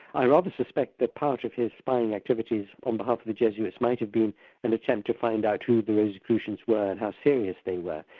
i rather suspect that part of his spying activities on behalf of the jesuits might have been an attempt to find out who the rosicrucians were, and how serious they were.